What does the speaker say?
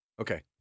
Okay